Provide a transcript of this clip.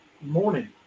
morning